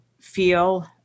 feel